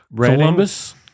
Columbus